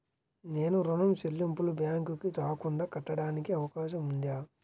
నేను ఋణం చెల్లింపులు బ్యాంకుకి రాకుండా కట్టడానికి అవకాశం ఉందా?